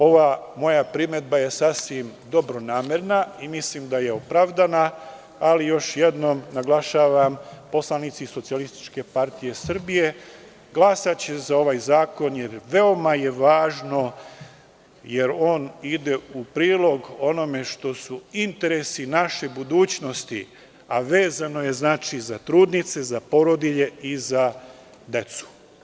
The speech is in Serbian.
Ova moja primedba je sasvim dobronamerna i mislim da je opravdana ali, još jednom naglašavam, poslanici SPS glasaće za ovaj zakon jer veoma je važno, jer on ide u prilog onome što su interesi naše budućnosti, a vezano je za trudnice, za porodilje i za decu.